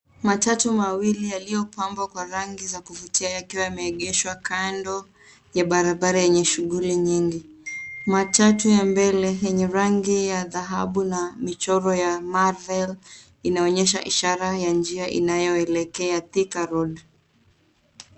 Matatu mawili yaliopambwa kwa rangi za kuvutia yakiwa yameegeshwa kando ya barabara yenye shughuli nyingi. Matatu ya mbele yenye rangi ya dhahabu na michoro ya marvel inaonyesha ishara ya njia inayoelekea. Thika road.